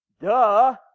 Duh